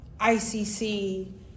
ICC